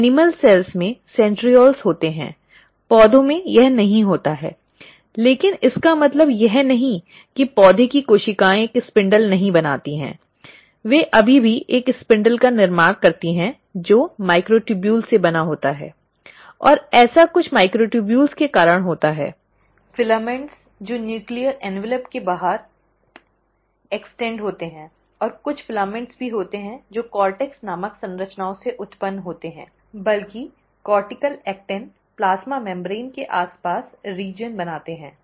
तो animal cells में centrioles होते हैं पौधों में यह नहीं होता है लेकिन इसका मतलब यह नहीं है कि पौधे की कोशिकाएं एक स्पिंडल नहीं बनाती हैं वे अभी भी एक स्पिंडल का निर्माण करती हैं जो माइक्रोट्यूबुल्स से बना होता है और ऐसा कुछ माइक्रोट्यूबुल्स के कारण होता हैफ़िलामेंट जो परमाणु लिफाफे के बाहर विस्तारित होते हैं और कुछ फ़िलामेंट भी होते हैं जो कॉःटेक्स नामक संरचनाओं से उत्पन्न होते हैं बल्कि कॉर्टिकल एक्टिन प्लाज्मा झिल्ली के आसपास क्षेत्र बनाते हैं